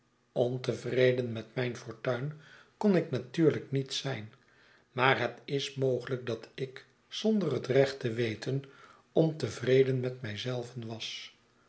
ontevreden met mijn fortuin konik natuurlijk niet zijn maar het is mogelijk dat ik zonder het recht te weten ontevreden met mij zelven was